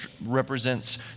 represents